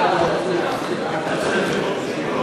הצעת סיעת קדימה